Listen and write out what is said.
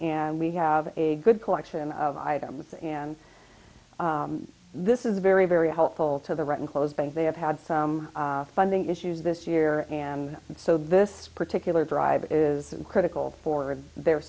and we have a good collection of items and this is very very helpful to the right and close because they have had some funding issues this year and so this particular driver is critical for their